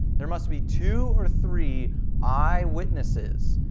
there must be two or three eye witnesses.